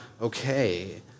okay